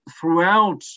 throughout